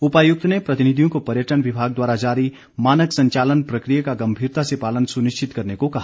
उपायुक्त ने प्रतिनिधियों को पर्यटन विभाग द्वारा जारी मानक संचालन प्रक्रिया का गम्भीरता से पालन सुनिश्चित करने को कहा